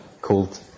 called